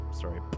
Sorry